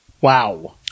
Wow